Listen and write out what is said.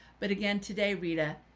but again, today, rita,